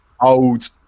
old